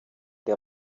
der